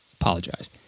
Apologize